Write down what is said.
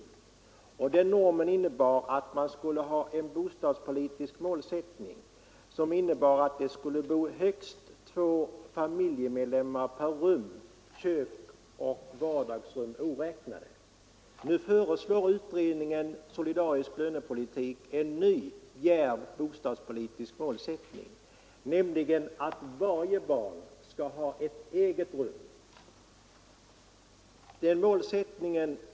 Denna norm, som var en bostadspolitisk motsättning, innebar att det i lägenheten skulle bo högst 2 familjemedlemmar per rum, kök och vardagsrum oräknade. Nu föreslår utredningen om solidarisk bostadspolitik en ny djärv bostadspolitisk målsättning, nämligen att varje barn skall ha ett eget rum.